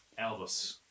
Elvis